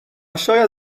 شاید